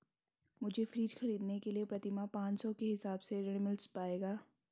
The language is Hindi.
मुझे फ्रीज खरीदने के लिए प्रति माह पाँच सौ के हिसाब से ऋण मिल पाएगा?